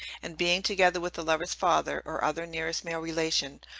and being, together with the lover's father or other nearest-male relation,